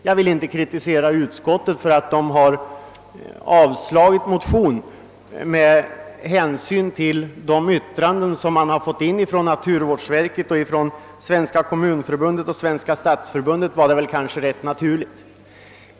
Jag vill inte kritisera utskottet för att det avstyrkt motionen med hänvisning till de negativa yttranden som inkommit från naturvårdsverket, Svenska kommunförbundet och Svenska stadsförbundet.